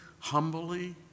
humbly